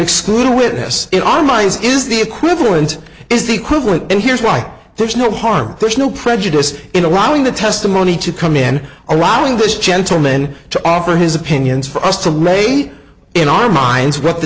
exclude witness in our minds is the equivalent is the equivalent and here's why there's no harm there's no prejudice in allowing the testimony to come in allowing this gentleman to offer his opinions for us to lay in our minds with the